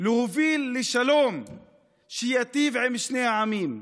להוביל לשלום שייטיב עם שני העמים,